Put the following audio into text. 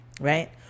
right